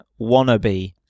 wannabe